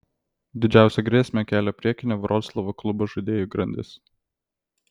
didžiausią grėsmę kelia priekinė vroclavo klubo žaidėjų grandis